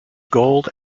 gold